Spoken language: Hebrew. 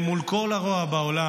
אל מול כל הרוע בעולם,